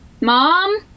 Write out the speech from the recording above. Mom